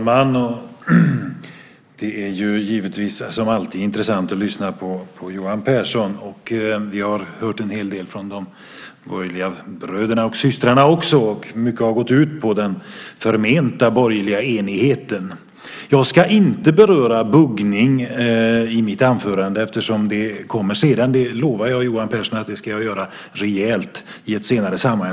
Fru talman! Som alltid är det givetvis intressant att lyssna på Johan Pehrson. Vi har också hört en hel del från de borgerliga bröderna och systrarna. Mycket har gått ut på den förmenta borgerliga enigheten. Jag ska inte beröra buggning i min replik eftersom det kommer senare. Jag lovar Johan Pehrson att jag ska ta upp den saken rejält i ett senare sammanhang.